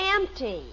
empty